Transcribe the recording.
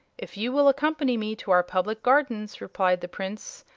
if you will accompany me to our public gardens, replied the prince,